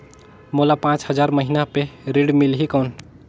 मोला पांच हजार महीना पे ऋण मिलही कौन?